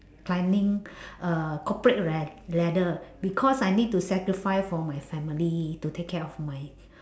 climbing uh corporate la~ ladder because I need to sacrifice for my family to take care of my